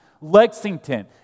Lexington